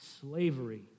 slavery